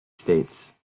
states